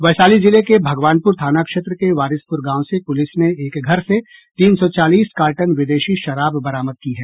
वैशाली जिले के भगवानपूर थाना क्षेत्र के वारिसपूर गांव से पूलिस ने एक घर से तीन सौ चालीस कार्टन विदेशी शराब बरामद की है